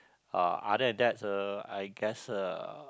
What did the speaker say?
uh other than uh I guess uh